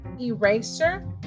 Eraser